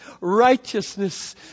righteousness